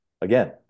again